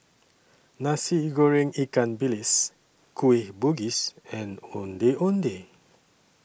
Nasi Goreng Ikan Bilis Kueh Bugis and Ondeh Ondeh